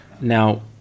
Now